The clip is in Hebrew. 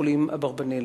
בבית-החולים "אברבנאל".